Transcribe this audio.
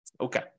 Okay